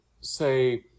say